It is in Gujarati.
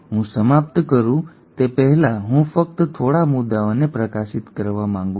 હું સમાપ્ત કરું તે પહેલાં હું ફક્ત થોડા મુદ્દાઓને પ્રકાશિત કરવા માંગુ છું